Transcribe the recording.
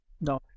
No